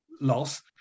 loss